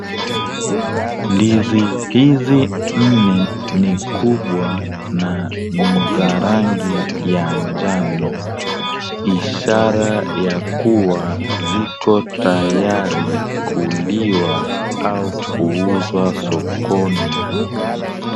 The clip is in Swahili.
Ndizi hizi nne ni kubwa na ni za zangi ya njano ,ishara ya kuwa ziko tayari kuliwa au kuuzwa sokoni.